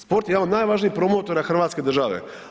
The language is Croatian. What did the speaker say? Sport je jedan od najvažnijih promotora hrvatske države.